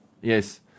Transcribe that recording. Yes